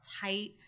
tight